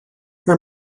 her